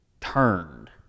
turned